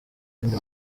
ibindi